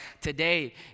today